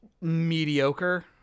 mediocre